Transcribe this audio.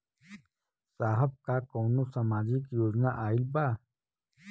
साहब का कौनो सामाजिक योजना आईल बा?